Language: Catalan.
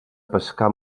pescar